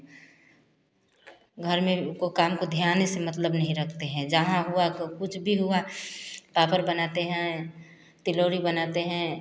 घर में को काम को ध्यान से मतलब नहीं रखते हैं जहाँ हुआ क कुछ भी हुआ पापड़ बनाते हैं तिलौरी बनाते हैं